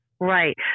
Right